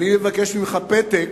אני מבקש ממך פתק